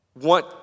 want